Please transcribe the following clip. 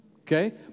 Okay